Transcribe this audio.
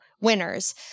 winners